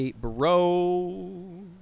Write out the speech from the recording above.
Bro